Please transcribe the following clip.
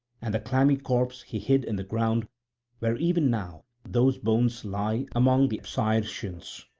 and the clammy corpse he hid in the ground where even now those bones lie among the apsyrtians.